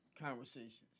conversations